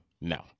no